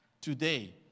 Today